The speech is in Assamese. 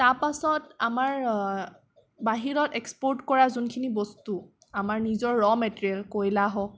তাৰপিছত আমাৰ বাহিৰত এক্সপৰ্ট কৰা যোনখিনি বস্তু আমাৰ নিজৰ ৰ' মেটেৰিয়েল কয়লা হওক